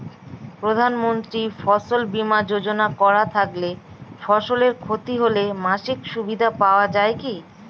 প্রধানমন্ত্রী ফসল বীমা যোজনা করা থাকলে ফসলের ক্ষতি হলে মাসিক সুবিধা পাওয়া য়ায় কি?